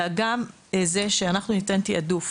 אלא גם זה שאנחנו ניתן תעדוף